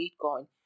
Bitcoin